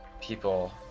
people